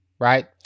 right